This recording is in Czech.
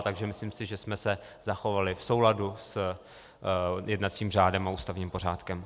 Takže myslím si, že jsme se zachovali v souladu s jednacím řádem a ústavním pořádkem.